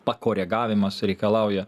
pakoregavimas reikalauja